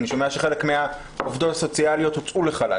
אני שומע שחלק מהעובדות הוצאו לחל"ת.